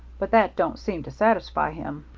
but that don't seem to satisfy him.